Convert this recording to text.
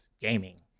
gaming